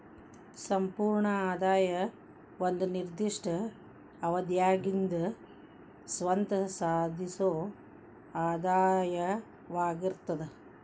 ಸಂಪೂರ್ಣ ಆದಾಯ ಒಂದ ನಿರ್ದಿಷ್ಟ ಅವಧ್ಯಾಗಿಂದ್ ಸ್ವತ್ತ ಸಾಧಿಸೊ ಆದಾಯವಾಗಿರ್ತದ